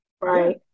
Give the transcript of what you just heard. Right